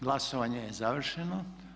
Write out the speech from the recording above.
Glasovanje je završeno.